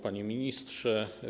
Panie Ministrze!